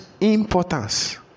importance